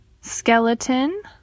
skeleton